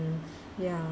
ya